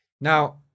Now